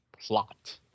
plot